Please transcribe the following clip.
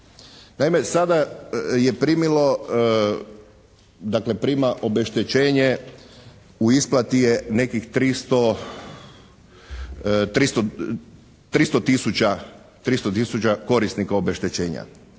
Naime, sada je primilo, dakle prima obeštećenje u isplati je nekih 300 tisuća korisnika obeštećenja.